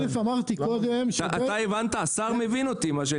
אתה הבנת אותי?